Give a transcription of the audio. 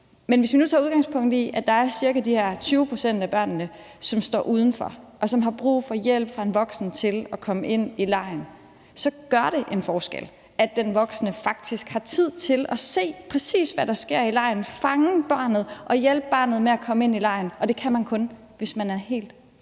Men hvis vi nu tager udgangspunkt i, at der er de her ca. 20 pct. af børnene, som står udenfor og har brug for hjælp fra en voksen til at komme ind i legen, så gør det en forskel, at den voksne faktisk har tid til at se, præcis hvad der sker i legen, fange barnet og hjælpe barnet med at komme ind i legen – og det kan man kun, hvis man er helt til